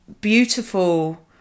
beautiful